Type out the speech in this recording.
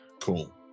Cool